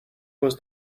was